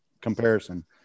comparison